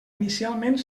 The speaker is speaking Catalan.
inicialment